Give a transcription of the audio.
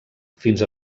fins